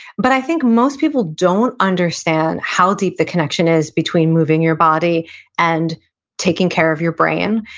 but i think most people don't understand how deep the connection is between moving your body and taking care of your brain.